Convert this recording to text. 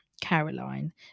Caroline